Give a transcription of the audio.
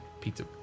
pizza